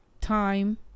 time